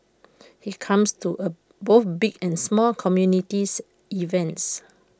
he comes to er both big and small community events